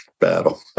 battle